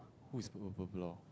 who's